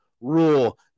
rule